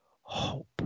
hope